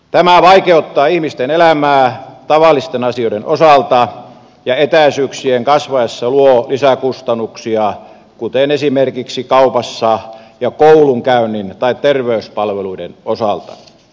tämä vaikeuttaa ihmisten elämää tavallisten asioiden osalta ja etäisyyksien kasvaessa luo lisäkustannuksia kuten esimerkiksi kaupassa ja koulunkäynnin tai terveyspalveluiden osalta